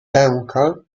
pęka